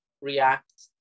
react